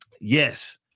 Yes